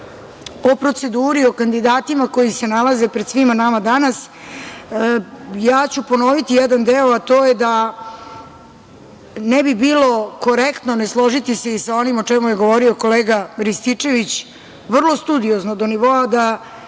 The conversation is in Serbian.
o proceduri o kandidatima koji se nalaze pred svima nama danas. Ja ću ponoviti jedan deo, a to je da ne bi bilo korektno ne složiti se i sa onim o čemu je govorio kolega Rističević, vrlo studiozno, do nivoa da